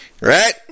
right